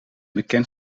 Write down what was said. bekend